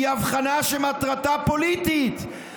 היא הבחנה שמטרתה פוליטית,